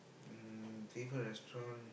mm favourite restaurant